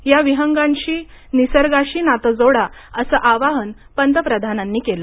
या विहंगांशी निसर्गाशी नातं जोडा असं आवाहन पंतप्रधानांनी केलं